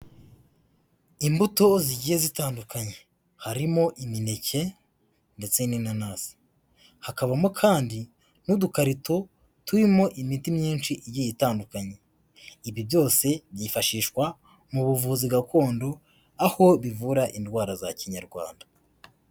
Imbuto zigiye zitandukanye. Harimo imineke ndetse n'inanasi. Hakabamo kandi n'udukarito turimo imiti myinshi igiye itandukanye. Ibi byose byifashishwa mu buvuzi gakondo, aho bivura indwara za kinyarwanda.